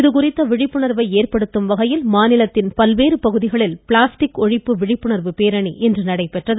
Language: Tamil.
இது குறித்த விழிப்புணர்வை ஏற்படுத்தும் வகையில் மாநிலத்தின் பல்வேறு பகுதிகளில் பிளாஸ்டிக் ஒழிப்பு விழிப்புணர்வு பேரணி இன்று நடைபெற்றது